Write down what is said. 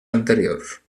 anteriors